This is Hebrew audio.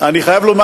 אני חייב לומר,